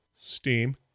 Steam